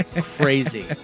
crazy